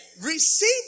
Receive